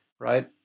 right